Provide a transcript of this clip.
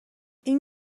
این